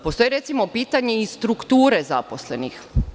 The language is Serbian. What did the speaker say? Postoji pitanje i strukture zaposlenih.